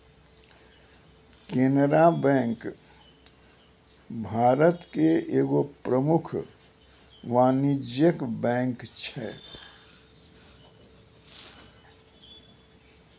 Canara bank Bharat के एगो प्रमुख वाणिज्यिक बैंक छै